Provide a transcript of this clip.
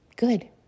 Good